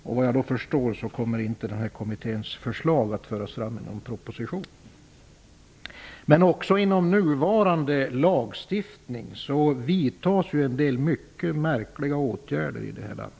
Såvitt jag förstår kommer Arbetsrättskommitténs förslag inte att läggas fram i en proposition. Men också inom nuvarande lagstiftning vidtas ju en del mycket märkliga åtgärder i detta land.